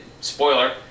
spoiler